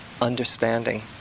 understanding